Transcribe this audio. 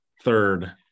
third